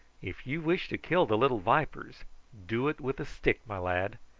if you wish to kill the little vipers do it with a stick, my lad.